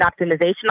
optimization